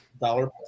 Dollar